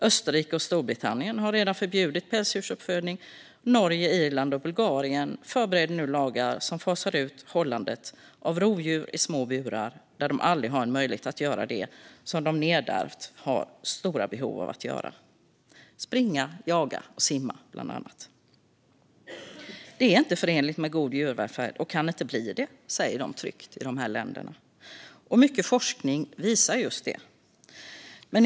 Österrike och Storbritannien har redan förbjudit pälsdjursuppfödning, och Norge, Irland och Bulgarien förbereder nu lagar som fasar ut hållandet av rovdjur i små burar där de aldrig får möjlighet att göra det som de har nedärvda, stora behov av att göra - bland annat springa, jaga och simma. Det är inte förenligt med god djurvälfärd och kan inte bli det, säger man tryggt i de här länderna, och mycket forskning visar också just det.